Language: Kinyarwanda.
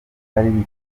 bitabiriye